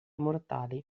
mortali